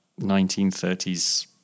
1930s